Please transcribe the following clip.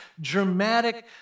dramatic